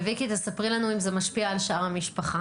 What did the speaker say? ויקי, תספרי לנו אם זה משפיע על שאר המשפחה.